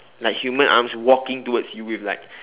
like human arms walking towards you with like